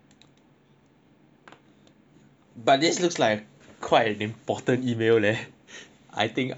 but this looks like quite an important email leh I think I should be getting it leh